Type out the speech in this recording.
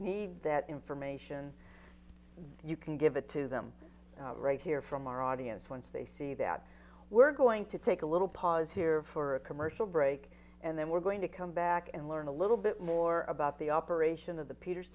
need that information you can give it to them right here from our audience once they see that we're going to take a little pause here for a commercial break and then we're going to come back and learn a little bit more about the operation of the peters